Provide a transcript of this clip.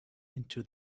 into